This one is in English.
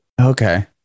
okay